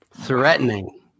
Threatening